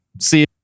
See